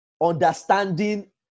understanding